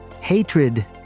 Hatred